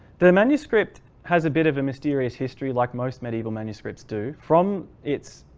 the manuscript has a bit of a mysterious history like most medieval manuscripts do from its